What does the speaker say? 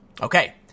Okay